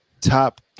Top